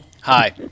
Hi